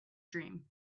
dream